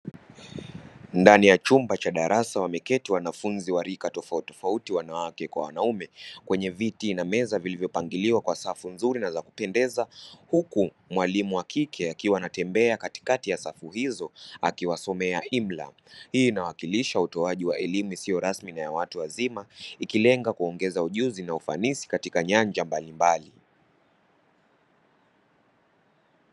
Ndani ya chumba cha darasa, wameketi wanafunzi wa rika tofauti, wanawake na wanaume, kwenye viti na meza vilivyopangiliwa kwa safu nzuri na za kupendeza, huku mwalimu wa kike akiwa anatembea katikati ya safu hizo, akiwasomea imla; hii inawakilisha utoaji wa elimu isiyo rasmi kwa watu wazima, ikilenga kuongeza ujuzi na ufanisi katika nyanja mbalimbali.